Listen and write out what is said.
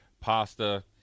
pasta